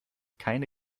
keine